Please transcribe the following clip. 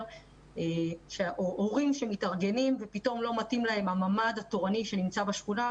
של הורים שמתארגנים ופתאום לא מתאים להם הממ"ד התורני שנמצא בשכונה,